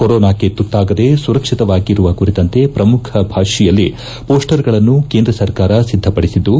ಕೊರೊನಾಕ್ಷೆ ತುತ್ತಾಗದೆ ಸುರಕ್ಷಿತವಾಗಿರುವ ಕುರಿತಂತೆ ಶ್ರಮುಖ ಭಾಷೆಯಲ್ಲಿ ಪೋಸ್ಟರ್ಗಳನ್ನು ಕೇಂದ್ರ ಸರ್ಕಾರ ಸಿದ್ದಪಡಿಸಿದ್ದು